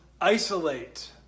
isolate